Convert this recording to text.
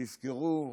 תזכרו,